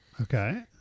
Okay